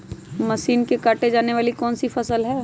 Machine से काटे जाने वाली कौन सी फसल है?